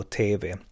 tv-